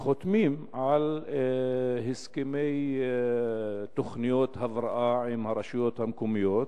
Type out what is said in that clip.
שחותמים על הסכמי תוכניות הבראה עם הרשויות המקומיות,